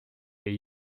est